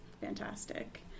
fantastic